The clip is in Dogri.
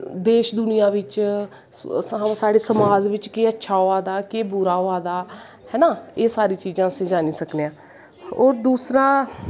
देश दुनियां बिच्च साढ़े समाज बिच्च केह् अच्चा होआ दा केह् बुरा होआ दा हैना एह् सारी चीजां अस जानी सकने आं और दूसरा